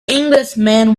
englishman